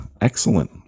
excellent